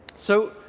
so,